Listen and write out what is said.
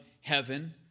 heaven